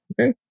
okay